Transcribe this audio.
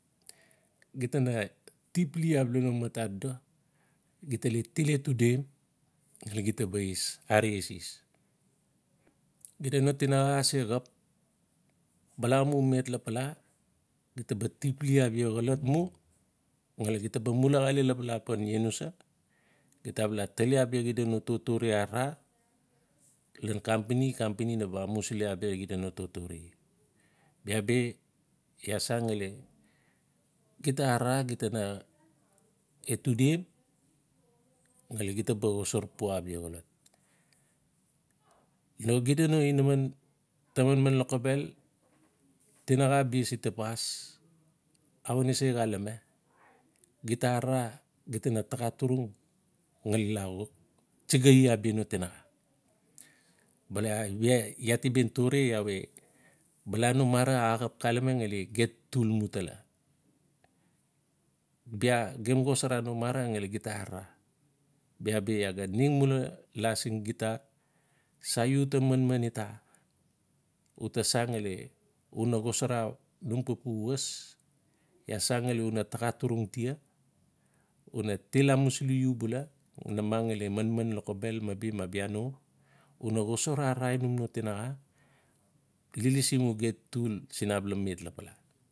Gita na tipli abala no mat adodo, gita le til edudim ngali gita ba es aare eses. Xida no tinaxa ase xao, bala mu met lapala gita ba tipli abia xolot mu ngali gita ba mulaxale lapala pan ienusa. Gita ba la tali abia xida no totore arara ngali company-company na ba amusili abia xida no totore. Bia bi iaa san ngali gita arara gita na etudim ngali xida ba xosar pua xolot. No xida no inaman ta manman lokobel, tinaxa bia se tapas aawe na se xalame. Gita arara gita na taxa turung ngali la xo, tsigai abia no tinaxa bala iaa ti ben tore iaa we, bala no mara axap xalame ngali ge tul mu tula. Bia gem xosara no mara ngali gita arara. Bia bi iaa ga ning mula siin gita sa iu uta manman ita, u ta san ngali una xosara nom xa pu was, iaa san ngali una taxa turung tia una til amusili iu bula. Namang ngali manman lokobel ma bi ma biano, una xosara arara num no tinaxa. lilisi mu getul siin abala met lapala.